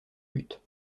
buts